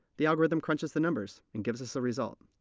the algorithm crunches the numbers and gives us a result.